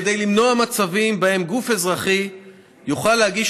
כדי למנוע מצבים שבהם גוף אזרחי יוכל להגיש